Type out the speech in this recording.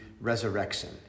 resurrection